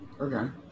Okay